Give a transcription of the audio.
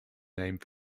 named